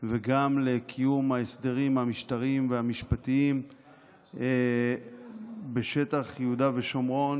וגם לקיום ההסדרים המשטריים והמשפטיים בשטח יהודה ושומרון,